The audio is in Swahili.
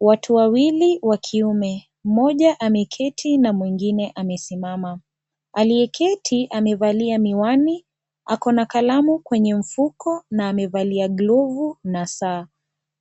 Watu wawili wakiume moja ameketi na mwingine amesimama, aliyeketi amevalia miwani ako na kalamu kwenye mfuko na amevalia glovu na saa,